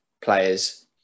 players